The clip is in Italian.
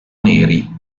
neri